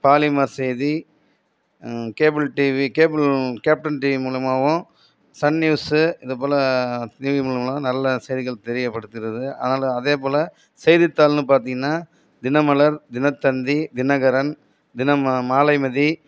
polymer செய்தி cable TV cable Captain TV மூலிமாவு Sun news இதுபோல் டிவி மூலிமா நல்ல செய்திகள் தெரியப்படுத்துறது ஆனாலும் அதே போல செய்தி தாள்னு பார்த்தீனா தினமலர் தினத்தந்தி தினகரன் தினமா மாலைமதி